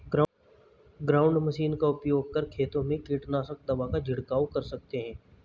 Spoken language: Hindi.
ग्राउंड मशीन का उपयोग कर खेतों में कीटनाशक दवा का झिड़काव कर सकते है